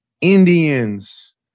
Indians